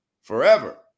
forever